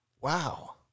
Wow